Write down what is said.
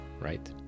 right